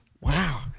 Wow